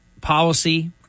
policy